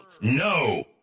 No